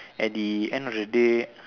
at the end of the day